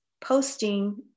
posting